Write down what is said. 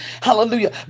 hallelujah